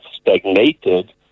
stagnated